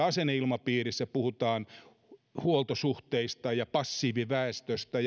asenneilmapiirissä kun puhutaan huoltosuhteesta ja passiiviväestöstä